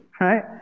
right